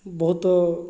ବହୁତ